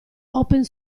open